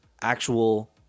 actual